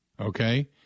Okay